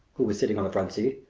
who was standing on the front seat,